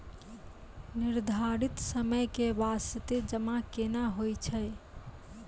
निर्धारित समय के बास्ते जमा केना होय छै?